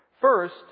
First